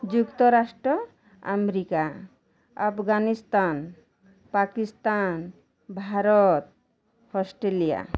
ଯୁକ୍ତରାଷ୍ଟ୍ର America Afghanistan Pakistan Bharat Australia